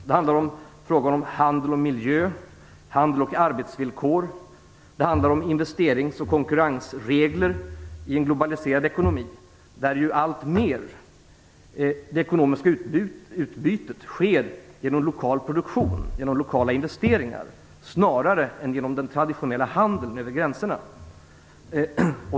Det handlar om frågor om handel och miljö, handel och arbetsvillkor, det handlar om investerings och konkurrensregler i en globaliserad ekonomi, där det ekonomiska utbytet alltmer sker genom lokal produktion, lokala investeringar, snarare än genom den traditionella handeln över gränserna.